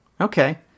Okay